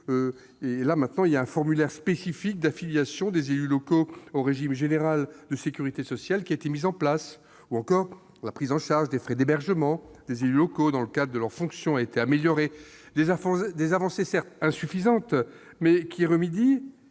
et, maintenant, un formulaire spécifique d'affiliation des élus locaux au régime général de sécurité sociale a été mis en place. De même, la prise en charge des frais d'hébergement des élus locaux, dans le cadre de leurs fonctions, a été améliorée. Ces avancées sont certes insuffisantes, mais elles remédient